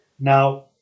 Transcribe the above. Now